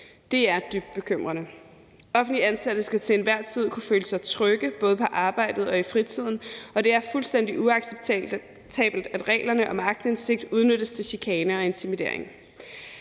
Det er dybt bekymrende. Offentligt ansatte skal til enhver tid kunne føle sig trygge både på arbejdet og i fritiden, og det er fuldstændig uacceptabelt, at reglerne om aktindsigt udnyttes til chikane og intimidering.